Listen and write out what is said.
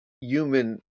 human